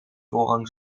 voorrang